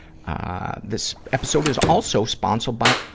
ah this episode is also sponsoled by,